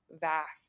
vast